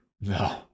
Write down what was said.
No